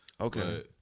Okay